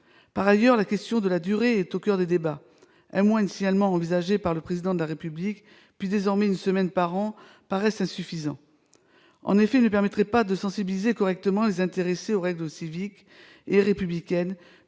Par ailleurs, la question de la durée est au coeur des débats. Un mois, initialement envisagé par le Président de la République, puis, désormais, une semaine par an paraissent insuffisants. En effet, cette durée ne permettrait pas de sensibiliser correctement les intéressés aux règles civiques et républicaines,